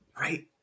Right